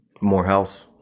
morehouse